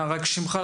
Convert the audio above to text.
מה שמך?